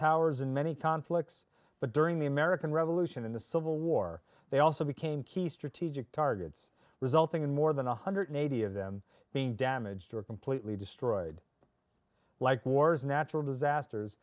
towers in many conflicts but during the american revolution in the civil war they also became key strategic targets resulting in more than one hundred eighty of them being damaged or completely destroyed like wars natural disasters